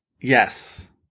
Yes